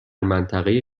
منطقه